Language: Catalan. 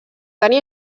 tenir